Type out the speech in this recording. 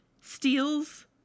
steals